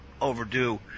overdue